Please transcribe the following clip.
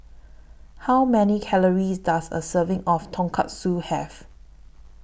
How Many Calories Does A Serving of Tonkatsu Have